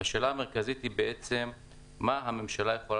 והשאלה המרכזית היא בעצם מה הממשלה יכולה